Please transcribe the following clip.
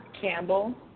Campbell